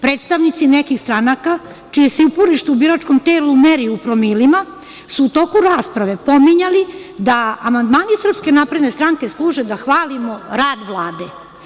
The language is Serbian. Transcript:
Predstavnici nekih stranaka, čije se uporište u biračkom telu meri u promilima, su u toku rasprave pominjali da amandmani SNS služe da hvalimo rad Vlade.